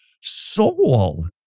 soul